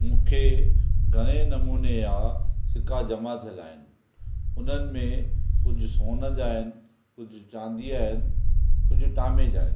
मूंखे घणे नमूने आहे सिका जमा थियल आहिनि उन्हनि में कुझु सोनु जा आहिनि कुझु चांदीअ जा आहिनि कुझु टामे जा आहिनि